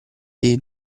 dei